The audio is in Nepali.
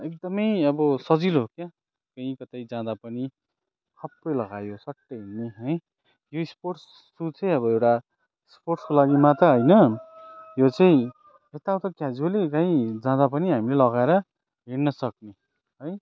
एकदमै अब सजिलो क्या कहीँ कतै जाँदा पनि खप्पै लगायो सट्टै हिँड्यो है यो स्पोर्ट्स सु चाहिँ अब एउटा स्पोर्ट्सको लागि मात्रै होइन यो चाहिँ य ताउता क्याजुवल्ली कहीँ जाँदा पनि हामीले लगाएर हिँड्न सक्ने है